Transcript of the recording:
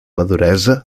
maduresa